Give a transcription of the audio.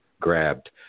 grabbed